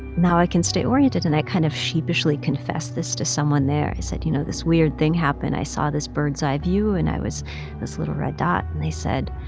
now i can stay oriented. and i kind of sheepishly confessed this to someone there. i said, you know, this weird thing happened. i saw this bird's-eye view, and i was this little red dot. and they said,